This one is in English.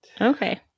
Okay